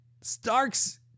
Starks